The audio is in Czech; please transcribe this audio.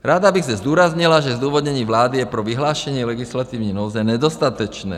Ráda bych zde zdůraznila, že zdůvodnění vlády je pro vyhlášení legislativní nouze nedostatečné.